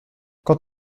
quand